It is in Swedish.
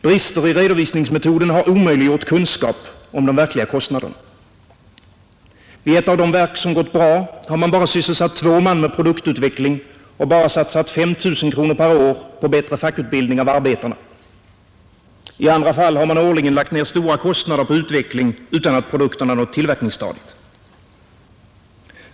Brister i redovisningsmetoden har omöjliggjort kunskap om de verkliga kostnaderna. Vid ett av de verk som gått bra har man bara sysselsatt två man med produktutveckling och bara satsat 5 000 kronor per år på bättre fackutbildning av arbetarna. I andra fall har man årligen lagt ner stora kostnader på utveckling utan att produkterna nått tillverkningsstadiet.